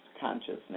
consciousness